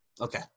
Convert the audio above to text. Okay